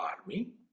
army